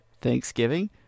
Thanksgiving